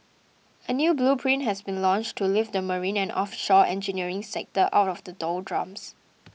a new blueprint has been launched to lift the marine and offshore engineering sector out of the doldrums